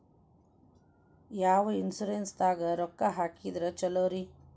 ಯಾವ ಇನ್ಶೂರೆನ್ಸ್ ದಾಗ ರೊಕ್ಕ ಹಾಕಿದ್ರ ಛಲೋರಿ?